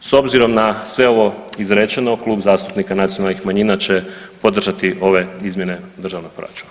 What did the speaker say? S obzirom na sve ovo izrečeno, Klub zastupnika nacionalnih manjina će podržati ove izmjene državnog proračuna.